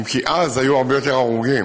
אם כי אז היו הרבה יותר הרוגים,